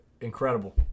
Incredible